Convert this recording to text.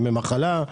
ימי מחלה,